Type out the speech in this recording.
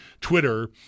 Twitter